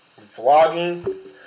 vlogging